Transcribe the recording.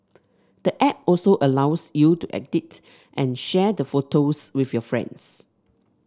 the app also allows you to edit and share the photos with your friends